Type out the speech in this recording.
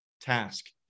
task